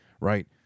right